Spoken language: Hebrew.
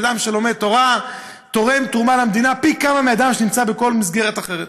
שאדם שלומד תורה תורם תרומה למדינה פי כמה מאדם שנמצא בכל מסגרת אחרת.